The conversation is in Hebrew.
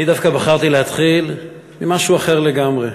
אני דווקא בחרתי להתחיל ממשהו אחר לגמרי.